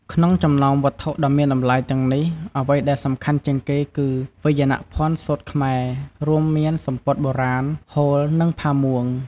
ក្នុងចំណោមវត្ថុដ៏មានតម្លៃទាំងនេះ អ្វីដែលសំខាន់ជាងគេគឺ វាយនភ័ណ្ឌសូត្រខ្មែរ រួមមានសំពត់បុរាណ ហូល និងផាមួង។